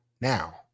now